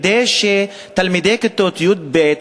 כדי שתלמידי כיתות י"ב,